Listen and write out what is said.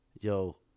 yo